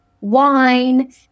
wine